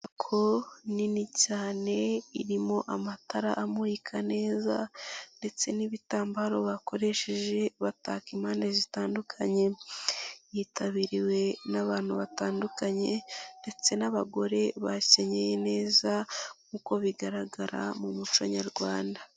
Inyubako nini cyane irimo amatara amurika neza ndetse n'ibitambaro bakoresheje bataka impande zitandukanye yitabiriwe n'abantu batandukanye ndetse n'abagore bakenyeye neza nk'uko bigaragara mu muco nyarwanda.